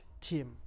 team